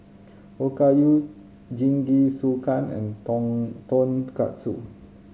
Okayu Jingisukan and Tonkatsu